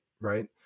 right